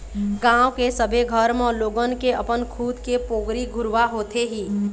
गाँव के सबे घर म लोगन के अपन खुद के पोगरी घुरूवा होथे ही